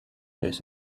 has